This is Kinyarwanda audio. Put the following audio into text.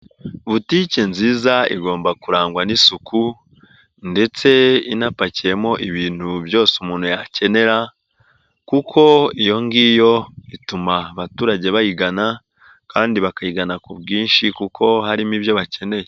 Butike nziza igomba kurangwa n'isuku ndetse inapakiyemo ibintu byose umuntu yakenera kuko iyo ngiyo ituma abaturage bayigana kandi bakayigana ku bwinshi kuko harimo ibyo bakeneye.